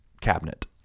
cabinet